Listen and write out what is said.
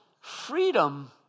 freedom